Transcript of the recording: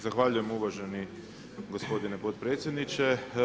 Zahvaljujem uvaženi gospodine predsjedniče.